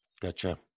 Gotcha